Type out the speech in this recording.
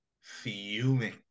fuming